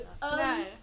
No